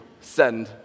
send